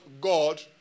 God